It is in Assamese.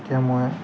গতিকে মই